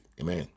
Amen